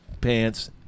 pants